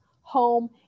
home